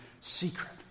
secret